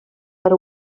per